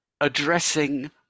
addressing